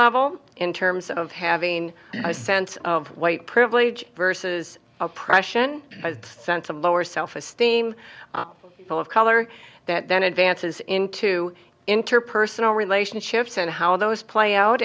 level in terms of having a sense of white privilege versus oppression a sense of lower self esteem people of color that then advances into interpersonal relationships and how those play out